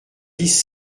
dix